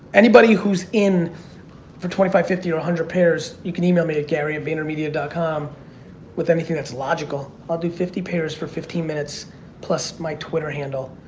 anybody who's in for twenty five, fifty, or one hundred pairs you can email me at gary at vaynermedia dot com with anything that's logical. i'll do fifty pairs for fifteen minutes plus my twitter handle.